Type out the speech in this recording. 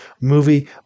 movie